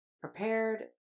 prepared